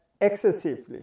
excessively